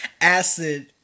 acid